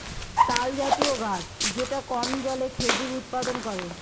তালজাতীয় গাছ যেটা কম জলে খেজুর উৎপাদন করে